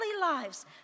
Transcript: lives